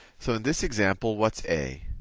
so in this example what's a?